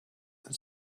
and